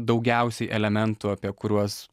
daugiausiai elementų apie kuriuos